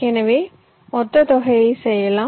எனவே மொத்த தொகையை செய்யலாம்